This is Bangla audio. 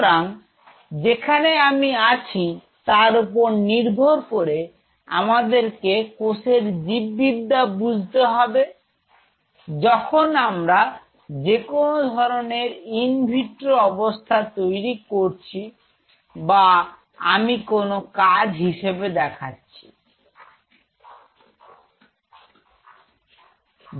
সুতরাং যেখানে আমি আছি তার উপর নির্ভর করে আমাদেরকে কোষের জীব বিদ্যা বুঝতে হবে যখন আমরা যেকোনো ধরনের ইনভিট্রো অবস্থা তৈরি করছে অথবা আমি কোন কাজ হিসেবে দেখাচ্ছি যা 0